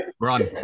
Run